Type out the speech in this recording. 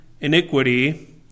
iniquity